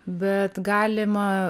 bet galima